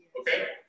okay